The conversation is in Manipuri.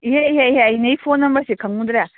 ꯏꯍꯦ ꯏꯍꯦ ꯏꯍꯦ ꯑꯩ ꯅꯪꯒꯤ ꯐꯣꯟ ꯅꯝꯕꯔꯁꯤ ꯈꯪꯉꯨꯗ꯭ꯔꯦ